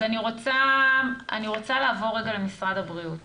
אני רוצה לעבור למשרד הבריאות